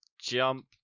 Jump